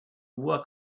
hoher